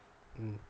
mm